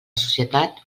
societat